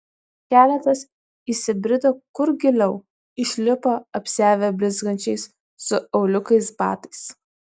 keletas įsibrido kur giliau išlipo apsiavę blizgančiais su auliukais batais